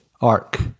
Ark